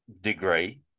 degree